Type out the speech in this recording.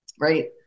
right